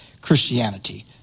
Christianity